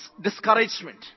discouragement